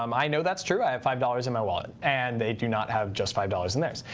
um i know that's true. i have five dollars in my wallet. and they do not have just five dollars in theirs.